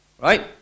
right